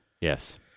Yes